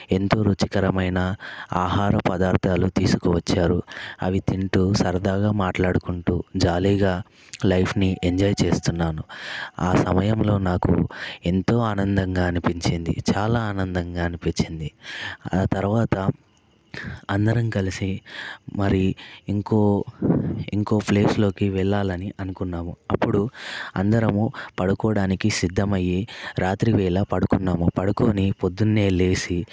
ఎంతో రుచికరమైన ఆహార పదార్థాలు తీసుకువచ్చారు అవి తింటూ సరదాగా మాట్లాడుకుంటూ జాలీగా లైఫ్ని ఎంజాయ్ చేస్తున్నాను ఆ సమయంలో నాకు ఎంతో ఆనందంగా అనిపించింది చాలా ఆనందంగా అనిపించింది ఆ తర్వాత అందరం కలిసి మరి ఇంకో ఇంకో ప్లేస్లోకి వెళ్ళాలని అనుకున్నాము అప్పుడు అందరము పడుకోవడానికి సిద్ధమయ్యే రాత్రివేళ పడుకున్నాము పడుకొని పొద్దున్నే లేసి